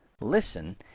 listen